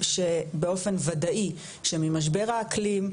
שבאופן וודאי שממשבר האקלים,